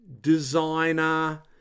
designer